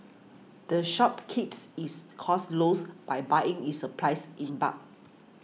the shop keeps its costs lows by buying its applies in bulk